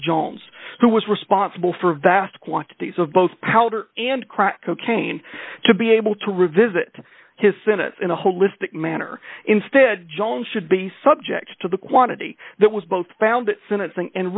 jones who was responsible for vast quantities of both powder and crack cocaine to be able to revisit his sentence in a holistic manner instead jones should be subject to the quantity that was both found sentencing and